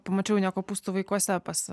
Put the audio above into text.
pamačiau ne kopūstų vaikuose pas